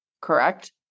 correct